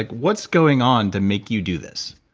like what's going on to make you do this?